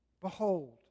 Behold